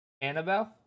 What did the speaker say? Annabelle